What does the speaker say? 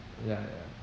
ya ya